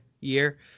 year